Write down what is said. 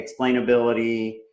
explainability